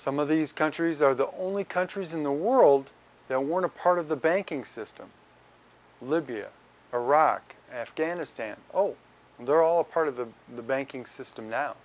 some of these countries are the only countries in the world that want to part of the banking system libya iraq afghanistan oh they're all part of the banking system now